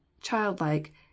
childlike